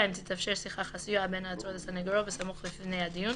(2)תתאפשר שיחה חסויה בין העצור לסניגורו בסמוך לפני הדיון,